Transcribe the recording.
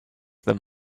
them